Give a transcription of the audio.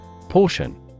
Portion